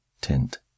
tint